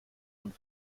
man